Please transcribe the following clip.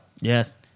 Yes